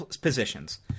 positions